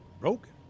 Broken